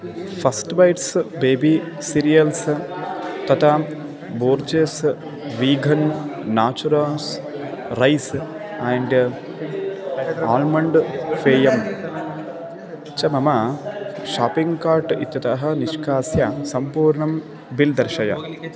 first bites baby cereals तथा Borges vegan naturals rice and almond पेयम् च मम शापिङ्ग् कार्ट् इत्यतः निष्कास्य सम्पूर्णं बिल् दर्शय